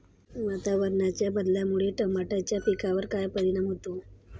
वातावरणाच्या बदलामुळे टमाट्याच्या पिकावर काय परिणाम होतो?